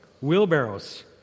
wheelbarrows